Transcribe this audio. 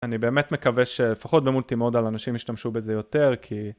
אני באמת מקווה שלפחות במולטי-מודל אנשים ישתמשו בזה יותר כי...